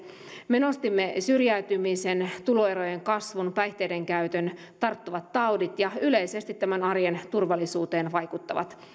me nostimme syrjäytymisen tuloerojen kasvun päihteiden käytön tarttuvat taudit ja yleisesti arjen turvallisuuteen vaikuttavat